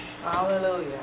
Hallelujah